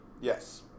Yes